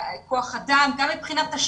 גם מבחינת כוח אדם,